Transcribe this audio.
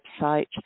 website